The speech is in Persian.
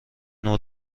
نوع